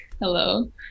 Hello